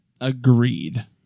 Agreed